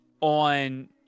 on